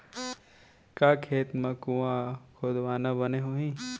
का खेत मा कुंआ खोदवाना बने होही?